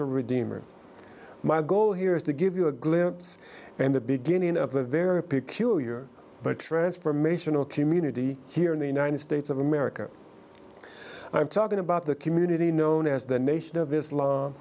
a redeemer my goal here is to give you a glimpse and the beginning of the very peculiar but transformational community here in the united states of america i'm talking about the community known as the nation of